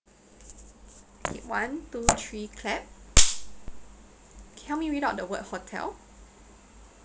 one two three clap me read out the word hotel